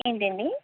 ఏంటండీ